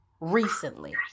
recently